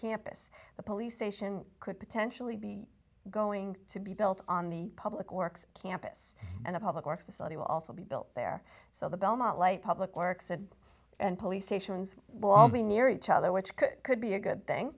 campus the police station could potentially be going to be built on the public works campus and the public works facility will also be built there so the belmont light public works and and police stations will all be near each other which could be a good thing